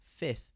Fifth